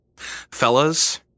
fellas